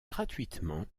gratuitement